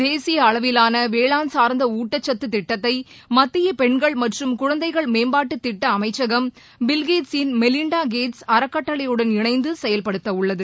தேசிய அளவிலான வேளாண் சார்ந்த ஊட்டச்சத்து திட்டத்தை மத்திய பெண்கள் மற்றும் குழந்தைகள் மேம்பாட்டுத் திட்ட அமைச்சகம் பில்கேட்சின் மெலின்டா கேட்ஸ் அறக்கட்டளையுடன் இணைந்து செயல்படுத்த உள்ளது